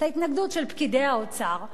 את ההתנגדות של פקידי האוצר.